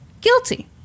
guilty